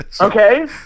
okay